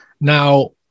Now